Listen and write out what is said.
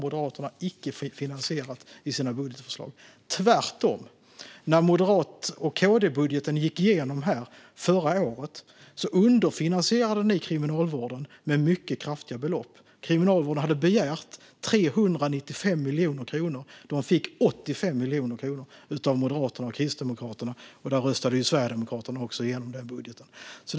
Detta har Moderaterna icke finansierat i sina budgetförslag. Tvärtom, när moderat och KD-budgeten gick igenom här förra året underfinansierade ni Kriminalvården med mycket kraftiga belopp. Kriminalvården hade begärt 395 miljoner kronor och fick 85 miljoner kronor av Moderaterna och Kristdemokraterna. Sverigedemokraterna röstade också igenom den budgeten.